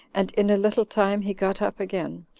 and in a little time he got up again,